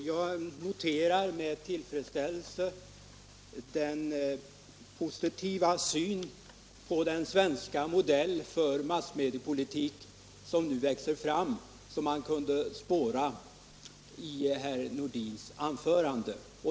Jag noterar med tillfredsställelse den positiva syn som kunde spåras i herr Nordins anförande på den svenska modell för massmediepolitik som nu växer fram.